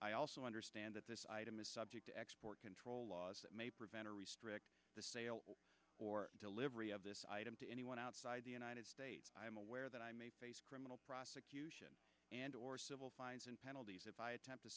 i also understand that this item is subject to export control laws that may prevent or restrict the sale or delivery of this item to anyone outside the united states i'm aware that i'm a criminal prosecution and or civil fines and penalties i